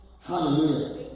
Hallelujah